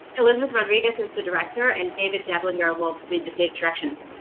elizabeth rodriguez is the director and david deblinger will read the stage directions.